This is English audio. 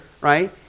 right